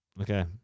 Okay